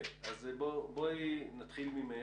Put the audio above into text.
נתחיל ממך.